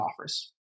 offers